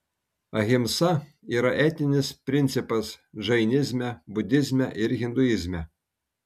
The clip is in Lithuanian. ahimsa yra etinis principas džainizme budizme ir hinduizme